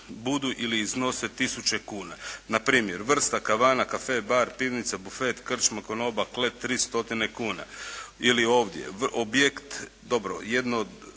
budu ili iznose tisuće kuna. Na primjer, vrsta kavana, caffe bar, pivnica, buffet, krčma, konoba, klet 300 kuna, ili ovdje objekt, dobro jednostavnih